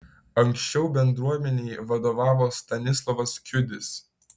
anksčiau bendruomenei vadovavo stanislovas kiudis